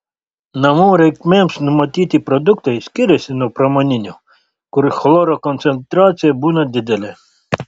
namų reikmėms numatyti produktai skiriasi nuo pramoninių kur chloro koncentracija būna didelė